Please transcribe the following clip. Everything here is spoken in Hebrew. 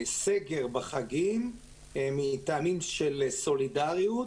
סגר בחגים מטעמים של סולידריות,